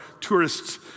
tourists